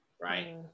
right